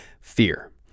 fear